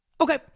Okay